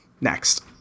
Next